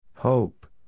Hope